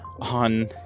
on